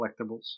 collectibles